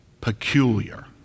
peculiar